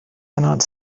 cannot